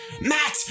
Matt